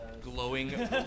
glowing